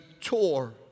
tore